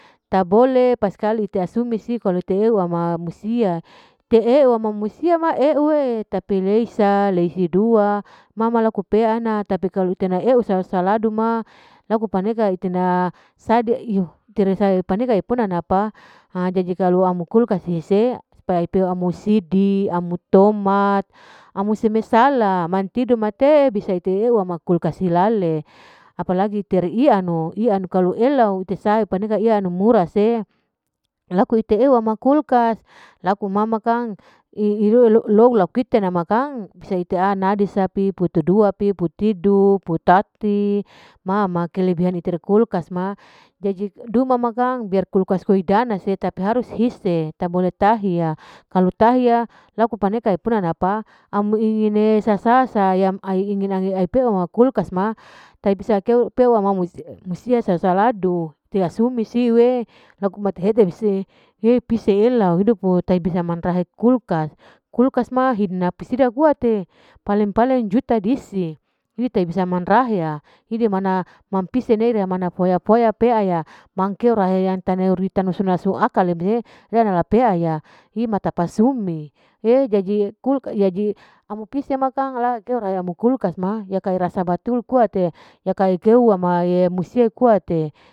Ta bole paskali pesumi siu wama musia tapi leisa sedua mama laku peana tapi kalu itena eu saladu ma laku paneka itena sadde terpaneka puna pa jadi kalau peamo sidi, toma, amu sala sala, amu seme sala mantido mate bisa ite ewa ma kulkas hilale, apalagi ite iyanu kalu elau paneka eta sa paneka temu rase, laku ite ewa ma kulkas laku mama kang iirow lalaku irow low low laku ki amakang bisa ite anisa, iputu dua pi, putidu, putati, mama kelebihan kulkas ma jadi duma ma kang biar kulkas huawdana te harus hise tabole tahya, kalu tahya laku paneka ipuna napa amu imi'e sasa ai ingin ai pea ma kulkas ma, tai bisa akeu keu wama musae, musia sasa ladu tenga sumi siu e laku mate hete museiepisie elauoo, pise elai idopo tahe bisa mandrahi kulkas, kulakas ma rina pisida kuat'e paleng paleng juta disi kita bisa man rahya, hide mana man piseni mana foya peaya mankeeo orahe yang taneo sunnate akale lapea ya, hima tapa sumi, he jadi kulkas, jadi ami pise makang jadi ami kulkas ma sabatul kua te yaka yakeo ma musia kuate.